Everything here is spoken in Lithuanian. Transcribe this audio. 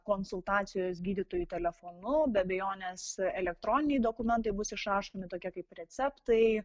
konsultacijos gydytoju telefonu be abejonės elektroniniai dokumentai bus išrašomi tokia kaip receptai